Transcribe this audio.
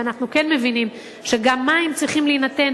ואנחנו כן מבינים שגם מים צריכים להינתן